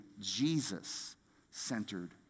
Jesus-centered